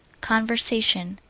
conversation.